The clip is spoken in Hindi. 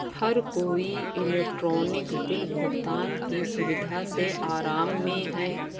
हर कोई इलेक्ट्रॉनिक बिल भुगतान की सुविधा से आराम में है